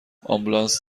آمبولانس